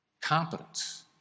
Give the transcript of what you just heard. competence